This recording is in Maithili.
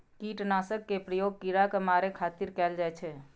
कीटनाशक के प्रयोग कीड़ा कें मारै खातिर कैल जाइ छै